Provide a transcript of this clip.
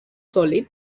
solid